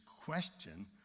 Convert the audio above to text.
question